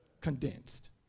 Condensed